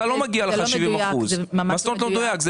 לא מגיע לך 70%. זה ממש לא מדויק.